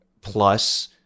plus